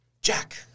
Jack